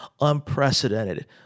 unprecedented